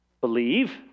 believe